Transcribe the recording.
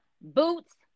boots